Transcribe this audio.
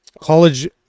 College